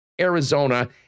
Arizona